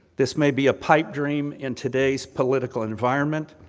this may be a pipe dream in today's political environment,